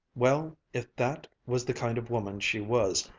well, if that was the kind of woman she was,